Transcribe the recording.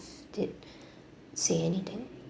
did say anything